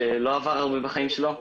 שלא עבר הרבה בחיים שלו,